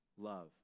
love